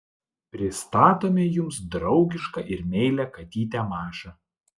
pristatome jums draugišką ir meilią katytę mašą